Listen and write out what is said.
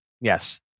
yes